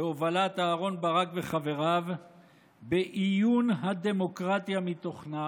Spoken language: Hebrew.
בהובלת אהרן ברק וחבריו באיון הדמוקרטיה מתוכנה,